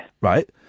Right